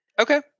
Okay